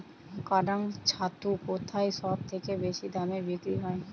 কাড়াং ছাতু কোথায় সবথেকে বেশি দামে বিক্রি হয়?